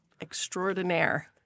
extraordinaire